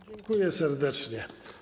Dziękuje serdecznie.